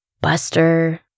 Buster